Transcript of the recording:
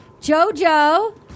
Jojo